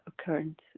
occurrence